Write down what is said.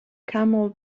camel